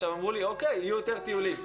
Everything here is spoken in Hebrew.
אמרו לי שיהיו יותר טיולים.